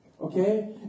Okay